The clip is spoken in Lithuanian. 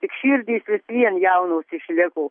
tik širdys vis vien jaunos išliko